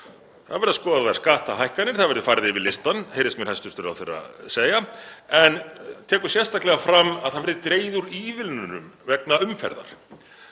Það er verið að skoða skattahækkanir og verður farið yfir listann, heyrðist mér hæstv. ráðherra segja, en tekur sérstaklega fram að það verði dregið úr ívilnunum vegna umferðar.